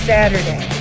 Saturday